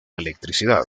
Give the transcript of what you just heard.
electricidad